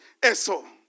eso